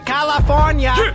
California